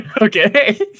Okay